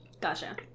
Gotcha